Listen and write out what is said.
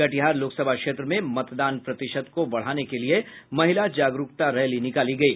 कटिहार लोकसभा क्षेत्र में मतदान प्रतिशत को बढ़ाने के लिये महिला जागरूकता रैली निकाली गयी